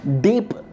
deep